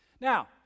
Now